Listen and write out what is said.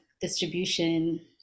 distribution